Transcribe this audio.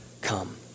come